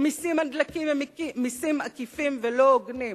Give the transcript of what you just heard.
שמסים על דלקים הם מסים עקיפים ולא הוגנים,